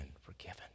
forgiven